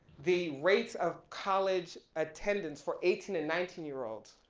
the rates of college attendance for eighteen and nineteen year olds,